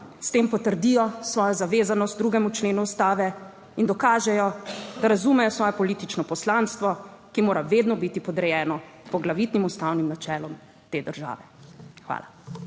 S tem potrdijo svojo zavezanost 2. členu Ustave in dokažejo, da razumejo svoje politično poslanstvo, ki mora vedno biti podrejeno poglavitnim ustavnim načelom te države. Hvala.